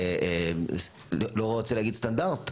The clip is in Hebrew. אני לא רוצה להגיד סטנדרט,